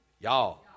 Y'all